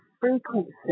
frequency